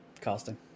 casting